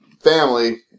family